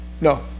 no